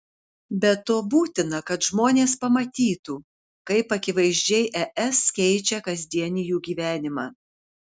be to būtina kad žmonės pamatytų kaip akivaizdžiai es keičia kasdienį jų gyvenimą